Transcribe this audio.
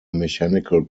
mechanical